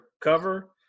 cover